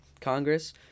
Congress